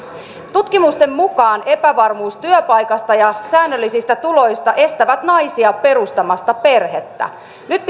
tutkimusten mukaan epävarmuus työpaikasta ja säännöllisistä tuloista estää naisia perustamasta perhettä nyt